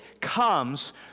comes